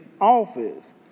office